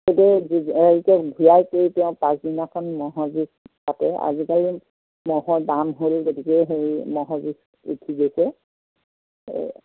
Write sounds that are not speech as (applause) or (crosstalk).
(unintelligible) সেই ঘূৰাই কৰি তেওঁ পাচদিনাখন মহযুঁজ পাতে আজিকালি মহৰ দাম হ'ল গতিকে সেই মহযুঁজ উঠি গৈছে